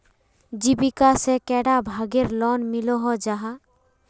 जीविका से कैडा भागेर लोन मिलोहो जाहा?